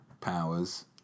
powers